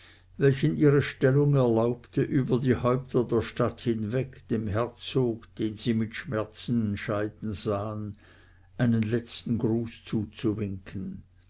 welchen ihre stellung erlaubte über die häupter der stadt hinweg dem herzog den sie mit schmerzen scheiden sahen einen letzten gruß zuzuwinken